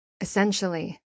Essentially